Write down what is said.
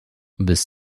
bis